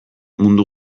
mundu